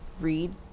read